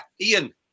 Ian